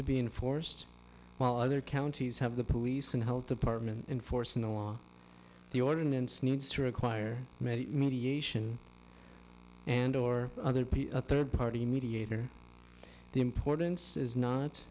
to be enforced while other counties have the police and health department enforcing the law the ordinance needs to require many mediation and or other be a third party mediator the importance is not